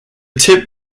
tip